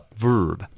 verb